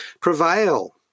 prevail